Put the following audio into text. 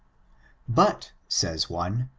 but says one,